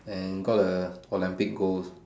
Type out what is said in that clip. and got a Olympic gold